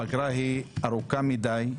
הפגרה היא ארוכה מדיי,